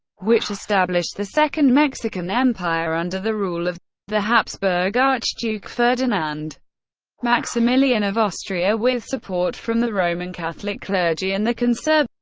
which established the second mexican empire under the rule of the habsburg archduke ferdinand maximilian of austria with support from the roman catholic clergy and the conservadores.